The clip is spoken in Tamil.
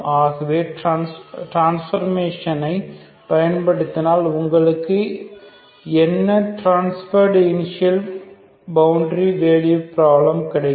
ஆகவே ட்ரான்ஸ்போர்மேஷனை பயன்படுத்தினால் உங்களுக்கு என்ன டிரான்ஸ்பார்டூ இனிஷியல் பவுண்டரி வேல்யூ ப்ராப்ளம் கிடைக்கும்